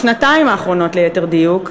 בשנתיים האחרונות ליתר דיוק,